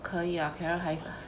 可以呀 carrot 还